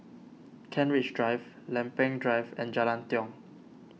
Kent Ridge Drive Lempeng Drive and Jalan Tiong